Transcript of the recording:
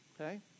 Okay